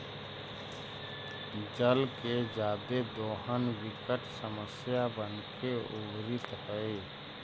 जल के जादे दोहन विकट समस्या बनके उभरित हई